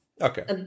Okay